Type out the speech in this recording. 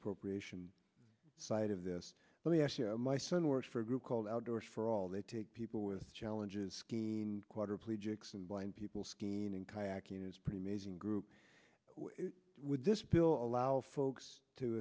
appropriation side of this let me ask my son works for a group called outdoors for all they take people with challenges skiing quadriplegics and blind people skiing and kayaking is pretty amazing group with this pill allow folks to